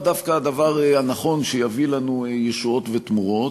דווקא הדבר הנכון שיביא לנו ישועות ותמורות,